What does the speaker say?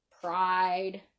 pride